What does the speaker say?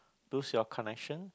lose your connection